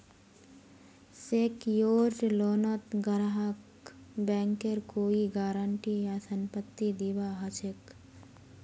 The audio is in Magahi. सेक्योर्ड लोनत ग्राहकक बैंकेर कोई गारंटी या संपत्ति दीबा ह छेक